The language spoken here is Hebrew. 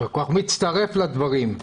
מצטרף לדברים.